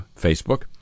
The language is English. Facebook